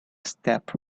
step